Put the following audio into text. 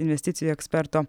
investicijų eksperto